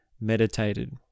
meditated